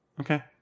Okay